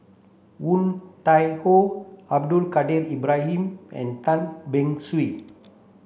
Woon Tai Ho Abdul Kadir Ibrahim and Tan Beng Swee